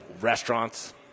restaurants